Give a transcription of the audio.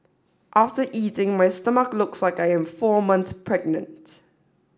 after eating my stomach looks like I am four months pregnant